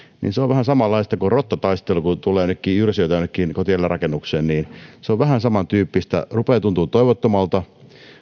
niin se on vähän samanlaista kuin rottataistelu kun tulee jyrsijöitä jonnekin kotieläinrakennukseen niin se on vähän samantyyppistä rupeaa tuntumaan toivottomalta